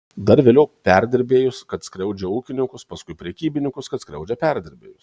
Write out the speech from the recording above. dar vėliau perdirbėjus kad skriaudžia ūkininkus paskui prekybininkus kad skriaudžia perdirbėjus